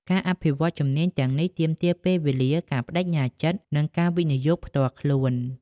ការអភិវឌ្ឍជំនាញទាំងនេះទាមទារពេលវេលា ការប្តេជ្ញាចិត្ត និងការវិនិយោគផ្ទាល់ខ្លួន។